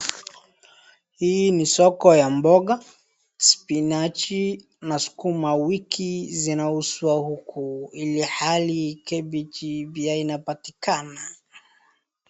Hii ni soko ya mboga, spinachi na sukuma wiki zinauzwa huku, ilhali kabeji pia inapatikana.